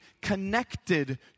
connected